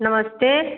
नमस्ते